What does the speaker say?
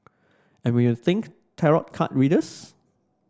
and when you think tarot card readers